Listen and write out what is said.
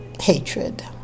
hatred